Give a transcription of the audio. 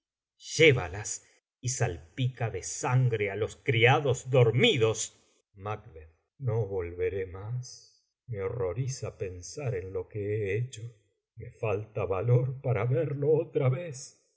llévalas y salpica de sangre á los criados dormidos macb no volveré más me horroriza pensar en lo que he hecho me falta valor para verlo otra vez